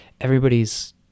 everybody's